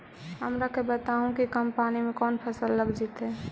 हमरा के बताहु कि कम पानी में कौन फसल लग जैतइ?